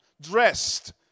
dressed